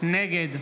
נגד